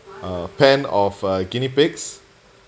uh pen of uh guinea pigs